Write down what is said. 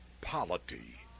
polity